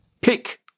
pick